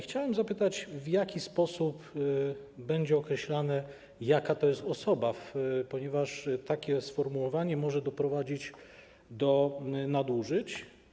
Chciałem zapytać, w jaki sposób będzie określane, jaka to jest osoba, ponieważ takie sformułowanie może prowadzić do nadużyć.